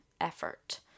effort